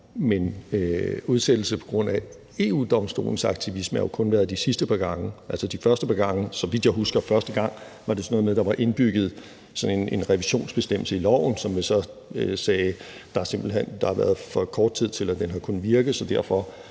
men udsættelse på grund af EU-Domstolens aktivisme har kun været de sidste par gange. Altså, første gang, så vidt jeg husker, var det sådan noget med, at der var indbygget en revisionsbestemmelse i loven, som så gjorde, at man sagde, at der havde været for kort tid, til at den havde kunnet virke,